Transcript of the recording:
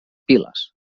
piles